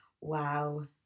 wow